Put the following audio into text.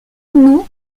nous